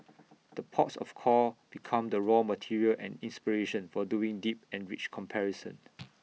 the ports of call become the raw material and inspiration for doing deep and rich comparison